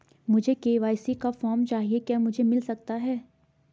मुझे के.वाई.सी का फॉर्म चाहिए क्या मुझे मिल सकता है?